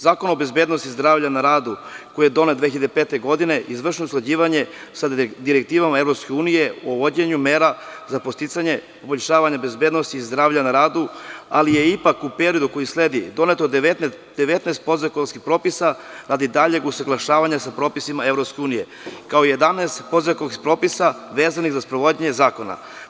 Zakon o bezbednosti zdravlja na radu koji je donet 2005. godine, izvršeno je usklađivanje sa direktivama EU o uvođenju mera za podsticanje poboljšavanja bezbednosti zdravlja na radu, ali je ipak u periodu koji sledi, doneto 19 podzakonskih propisa radi daljeg usaglašavanja sa propisima EU, kao i 11 podzakonskih propisa vezanih za sprovođenje zakona.